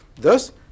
Thus